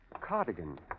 Cardigan